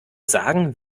sagen